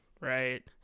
Right